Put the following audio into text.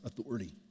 authority